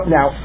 Now